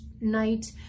night